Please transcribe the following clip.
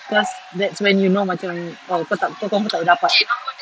cause that's when you know macam kau kau confirm tak boleh dapat